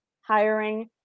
hiring